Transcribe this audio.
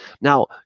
Now